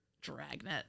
Dragnet